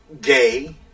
gay